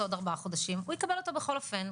בעוד ארבעה חודשים - הוא יקבל אותו בכל אופן.